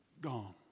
Gone